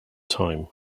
time